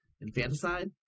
infanticide